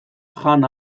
jan